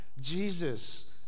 Jesus